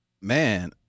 Man